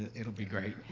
it'll be great.